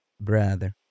brother